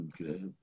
Okay